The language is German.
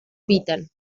bieten